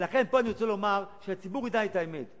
ולכן אני רוצה לומר פה, שהציבור ידע את האמת.